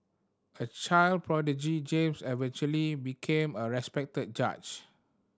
a child prodigy James eventually became a respected judge